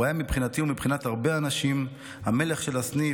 הוא היה מבחינתי ומבחינת הרבה אנשים המלך של הסניף,